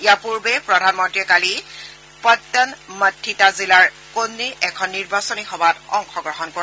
ইয়াৰ পুৰ্বে প্ৰধানমন্ত্ৰীয়ে কালি পট্টনমথিটা জিলাৰ কন্নিৰ এখন নিৰ্বাচনী সভাত অংশগ্ৰহণ কৰে